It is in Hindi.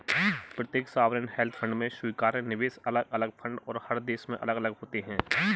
प्रत्येक सॉवरेन वेल्थ फंड में स्वीकार्य निवेश अलग अलग फंड और हर देश में अलग अलग होते हैं